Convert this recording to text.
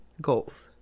goals